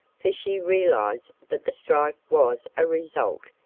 for she realized that the strike was a result,